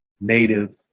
native